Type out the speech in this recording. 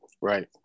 Right